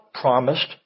promised